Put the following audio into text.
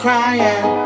Crying